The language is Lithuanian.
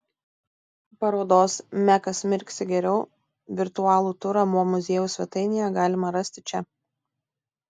parodos mekas mirksi geriau virtualų turą mo muziejaus svetainėje galima rasti čia